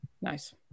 Nice